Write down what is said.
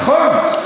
נכון.